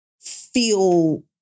feel